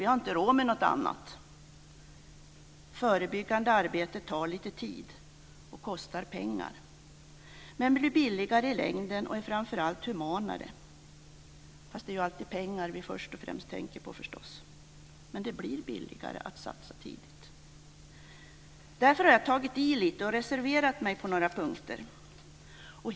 Vi har inte råd med något annat. Förebyggande arbete tar lite tid och kostar pengar, men det blir billigare i längden och är framför allt humanare. Fast det är ju alltid pengar vi först och främst tänker på förstås. Men det blir billigare att satsa tidigt. Därför har jag tagit i lite och reserverat mig på några punkter.